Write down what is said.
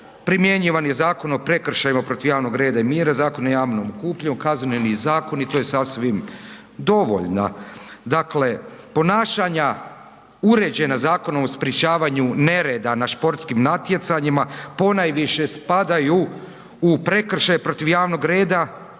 primjenjivan je Zakon o prekršajima protiv javnog reda i mira, Zakon o javnom okupljanju, Kazneni zakon i to je sasvim dovoljno. Dakle, ponašanja uređena Zakonom o sprječavanju nereda na športskim natjecanjima ponajviše spadaju u prekršaje protiv radnog reda